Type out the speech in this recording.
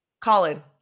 Colin